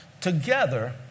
Together